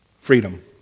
freedom